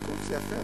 שקוף זה יפה.